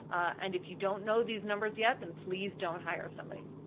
and if you don't know these numbers yet, then please don't hire somebody.